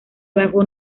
bajo